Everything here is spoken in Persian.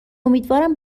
امیدوارم